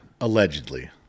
Allegedly